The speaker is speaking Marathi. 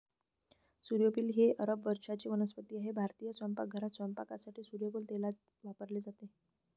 सूर्यफूल ही अरब वंशाची वनस्पती आहे भारतीय स्वयंपाकघरात स्वयंपाकासाठी सूर्यफूल तेल वापरले जाते